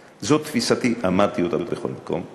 זאת תפיסתי, אמרתי אותה בכל מקום, את צודקת.